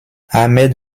ahmed